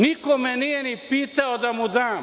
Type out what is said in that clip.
Niko me nije ni pitao da mu dam.